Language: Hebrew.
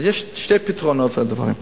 אז יש שני פתרונות לדברים.